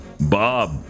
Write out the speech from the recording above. Bob